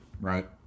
right